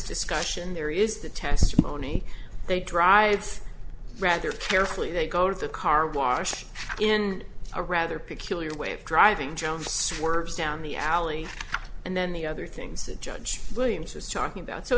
discussion there is the testimony they drive rather carefully they go to the car wash in a rather peculiar way of driving jones swerves down the alley and then the other things that judge williams is talking about so